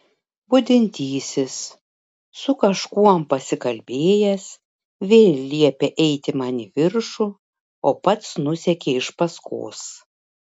budintysis su kažkuom pasikalbėjęs vėl liepė eiti man į viršų o pats nusekė iš paskos